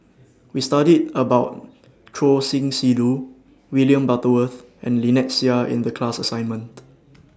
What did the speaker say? We studied about Choor Singh Sidhu William Butterworth and Lynnette Seah in The class assignment